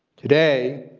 today,